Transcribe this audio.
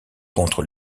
contre